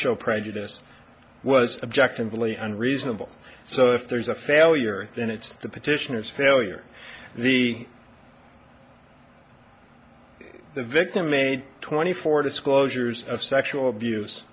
show prejudice was objectively unreasonable so if there's a failure then it's the petitioner's failure the the victim a twenty four disclosures of sexual abuse